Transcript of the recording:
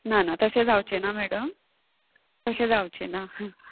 ना ना तशें जावचें ना मॅडम तशें जावचें ना